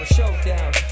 Showdown